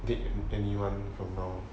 date anyone from now